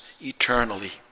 eternally